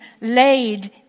laid